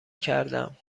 کردم